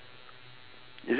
okay this ya